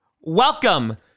welcome